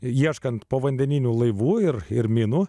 ieškant povandeninių laivų ir ir minų